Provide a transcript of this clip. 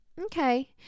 Okay